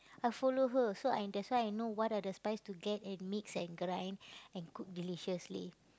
I follow her so I that's why I know what are the spice to get and mix and grind and cook deliciously